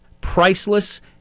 priceless